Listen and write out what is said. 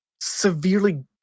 severely